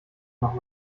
noch